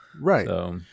Right